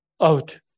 Out